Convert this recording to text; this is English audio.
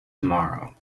tomorrow